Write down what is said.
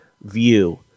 view